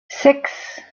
six